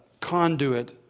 conduit